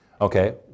Okay